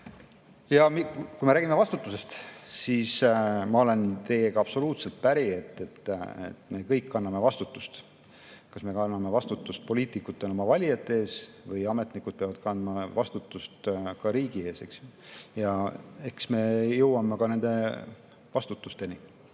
Ja kui me räägime vastutusest, siis ma olen teiega absoluutselt päri, et me kõik kanname vastutust: kas me kanname vastutust poliitikutena oma valijate ees või ametnikud kannavad vastutust ka riigi ees. Eks me jõuame ka nende vastutusteni.